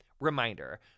Reminder